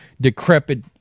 decrepit